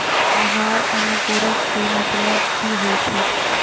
आहार अनुपूरक के मतलब की होइ छई?